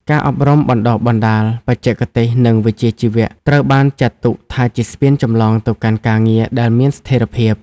ការអប់រំបណ្ដុះបណ្ដាលបច្ចេកទេស និងវិជ្ជាជីវៈ ត្រូវបានចាត់ទុកថាជាស្ពានចម្លងទៅកាន់ការងារដែលមានស្ថិរភាព។